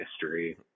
history